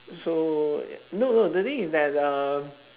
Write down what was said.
so no no the thing is that uh